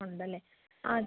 ഉണ്ട് അല്ലേ ആ